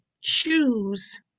choose